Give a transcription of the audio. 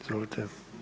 Izvolite.